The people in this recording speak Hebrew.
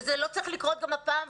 וזה לא צריך לקרות גם הפעם.